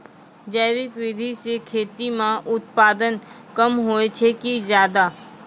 जैविक विधि से खेती म उत्पादन कम होय छै कि ज्यादा?